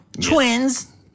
Twins